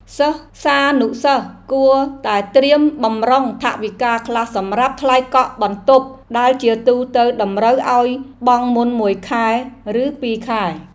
សិស្សានុសិស្សគួរតែត្រៀមបម្រុងថវិកាខ្លះសម្រាប់ថ្លៃកក់បន្ទប់ដែលជាទូទៅតម្រូវឱ្យបង់មុនមួយខែឬពីរខែ។